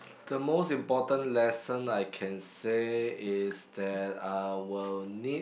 the most important lesson I can say is that I will need